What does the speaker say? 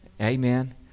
Amen